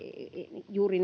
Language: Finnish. juuri